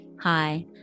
Hi